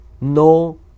No